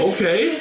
Okay